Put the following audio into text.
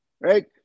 right